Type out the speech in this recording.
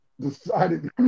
decided